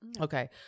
Okay